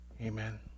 Amen